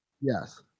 Yes